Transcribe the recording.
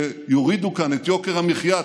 שיורידו כאן את יוקר המחיה.